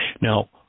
Now